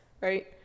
right